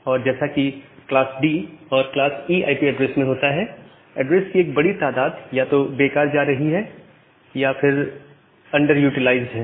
और जैसा class D और क्लास E आईपी ऐड्रेसेस में होता है एड्रेस की एक बड़ी तादाद या तो बेकार जा रही है या फिर है अंडर यूटिलाइज्ड है